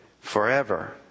forever